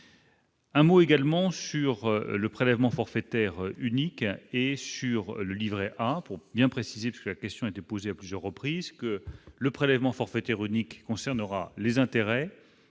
Un mot également sur le prélèvement forfaitaire unique et sur le Livret A pour bien préciser, toute la question était posée à plusieurs reprises que le prélèvement forfaitaire unique concernera les intérêts,